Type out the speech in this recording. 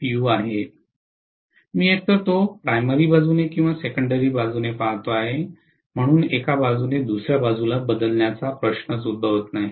u आहे मी एकतर तो प्राथमिक बाजूने किंवा सेकंडेरी बाजूने पाहतो म्हणून एका बाजूने दुसर्या बाजूला बदलण्याचा प्रश्नच उद्भवत नाही